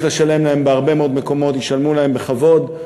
לשלם להם בהרבה מאוד מקומות ישלמו להם בכבוד,